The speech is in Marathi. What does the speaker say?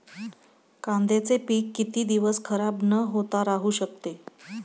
कांद्याचे पीक किती दिवस खराब न होता राहू शकते?